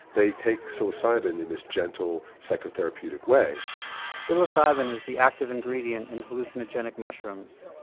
they take psilocybin in this gentle psycho-therapeutic way psilocybin is the active ingredient in hallucinogenic mushrooms.